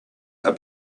are